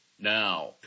now